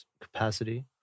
capacity